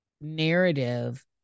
narrative